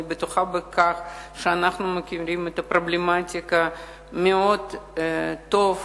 אני בטוחה שאנחנו מכירים את הפרובלמטיקה מאוד טוב,